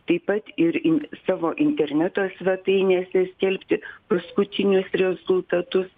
taip pat ir int savo interneto svetainėse skelbti paskutinius rezultatus